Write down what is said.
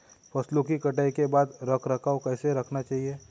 फसलों की कटाई के बाद रख रखाव कैसे करना चाहिये?